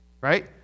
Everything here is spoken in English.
right